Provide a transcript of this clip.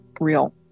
real